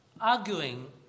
arguing